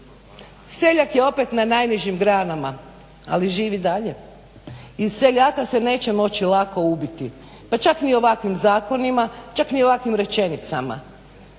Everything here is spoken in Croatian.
Seljak je opet na najnižim granama ali živi i dalje. I seljaka se neće moći lako ubiti, pa čak ni ovakvim zakonima, čak ni ovakvim rečenicama.